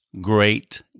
great